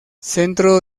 centro